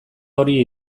hori